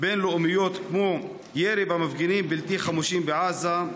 בין-לאומיות כמו ירי במפגינים בלתי חמושים בעזה,